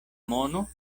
mono